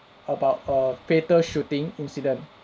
about a fatal shooting incident